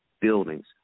buildings